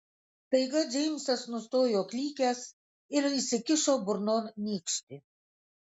staiga džeimsas nustojo klykęs ir įsikišo burnon nykštį